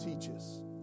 teaches